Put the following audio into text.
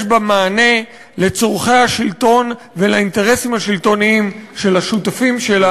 יש בה מענה לצורכי השלטון ולאינטרסים השלטוניים של השותפים שלה,